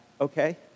okay